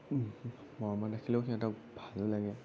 মৰমত ৰাখিলেও সিহঁতক ভাল লাগে